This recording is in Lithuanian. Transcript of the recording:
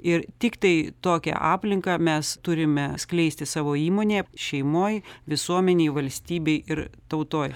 ir tiktai tokią aplinką mes turime skleisti savo įmonėje šeimoj visuomenėj valstybėj ir tautoj